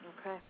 Okay